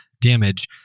damage